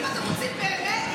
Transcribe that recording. אם אתם רוצים באמת,